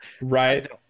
right